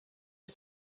you